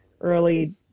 early